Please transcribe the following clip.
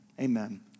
Amen